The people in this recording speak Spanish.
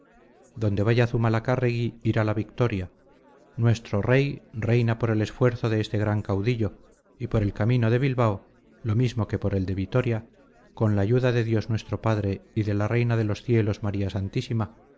donde vaya zumalacárregui irá la victoria nuestro rey reina por el esfuerzo de este gran caudillo y por el camino de bilbao lo mismo que por el de vitoria con la ayuda de dios nuestro padre y de la reina de los cielos maría santísima